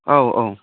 औ औ